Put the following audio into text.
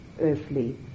earthly